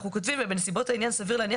אנחנו כותבים "ובנסיבות העניין סביר להניח